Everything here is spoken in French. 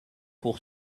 pour